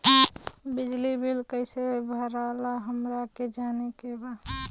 बिजली बिल कईसे भराला हमरा के जाने के बा?